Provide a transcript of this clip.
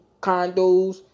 condos